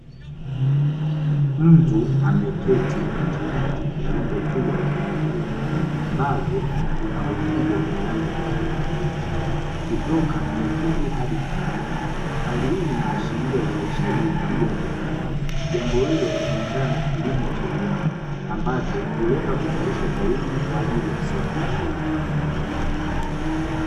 Mtu ameketi katikati ya rundo kubwa la vitunguu, ambavyo vina ukubwa wa rangi tofauti tofauti, kutoka nyekundu hadi kahawia. hali hii inaashilia uzalishaji mkubwa wa vitunguu. Jambo hilo linaendana na kilimo cha viwanda, ambacho hulenga kuzalishwa kwa wingi kwa ajili ya soko.